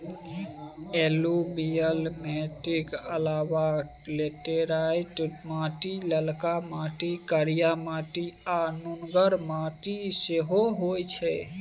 एलुयुबियल मीटिक अलाबा लेटेराइट माटि, ललका माटि, करिया माटि आ नुनगर माटि सेहो होइ छै